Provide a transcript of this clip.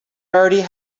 already